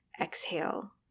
Exhale